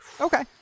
Okay